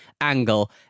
angle